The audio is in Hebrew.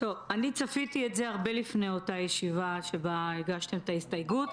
אני צפיתי את זה הרבה לפני אותה ישיבה שבה הגשתם את ההסתייגות.